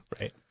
Right